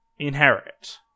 inherit